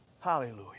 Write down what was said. Hallelujah